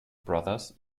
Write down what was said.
brothers